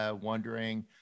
wondering